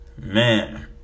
Man